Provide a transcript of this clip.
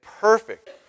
perfect